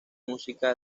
música